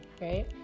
right